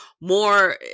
more